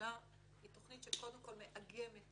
ולממשלה היא תוכנית שמאגמת